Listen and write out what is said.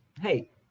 hey